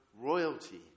royalty